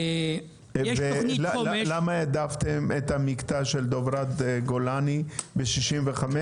יש תכנית חומש --- למה העדפתם את המקטע של דברת-גולני ב-65?